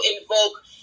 invoke